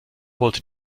wollte